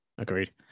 Agreed